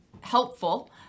helpful